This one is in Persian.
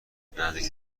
نزدیک